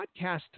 podcast